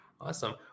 Awesome